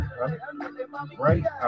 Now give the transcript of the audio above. right